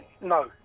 No